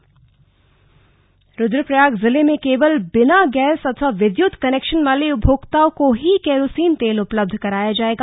बैठक रुद्दप्रयाग जिले में केवल बिना गैस अथवा विद्युत कनैक्शन वाले उपभोक्ताओं को ही केरोसीन तेल उपलब्ध कराया जाएगा